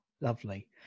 lovely